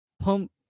pump